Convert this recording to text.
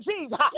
Jesus